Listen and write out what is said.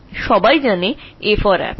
সুতরাং সকলেই a for apple বা R for Rose জানে